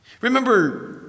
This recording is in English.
Remember